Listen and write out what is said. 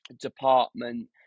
department